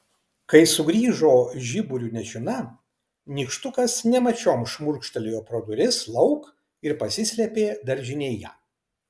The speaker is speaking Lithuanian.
kai sugrįžo žiburiu nešina nykštukas nemačiom šmurkštelėjo pro duris lauk ir pasislėpė daržinėje